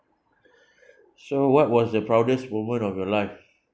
so what was the proudest moment of your life